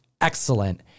excellent